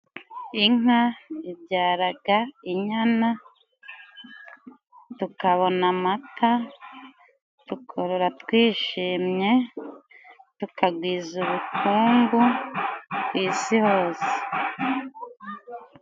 Inka ibyaraga inyana tukabona amata, tukorora twishimye, tukagwiza ubukungu ku isi hose.